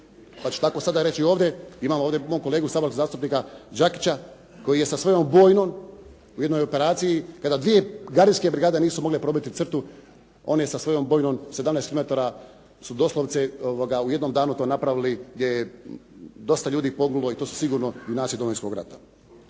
pa ću sada tako reći ovdje. Imamo ovdje mog kolegu saborskog zastupnika Đakića koji je sa svojom bojnom u jednoj operaciji kada dvije gardijske brigade nisu mogle probiti crtu, on je sa svojom bojnom 17 km su doslovce u jednom danu to napravili gdje je dosta ljudi poginulo i to su sigurno junaci Domovinskog rata.